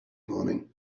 morning